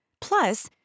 Plus